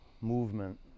movement